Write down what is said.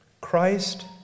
Christ